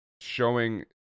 showing